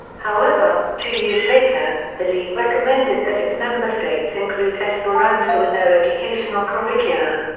however, two years later, the league recommended that its member states include esperanto in their educational curricula.